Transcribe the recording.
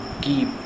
keep